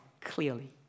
clearly